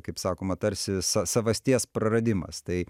kaip sakoma tarsi sa savasties praradimas tai